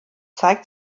zeigt